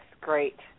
great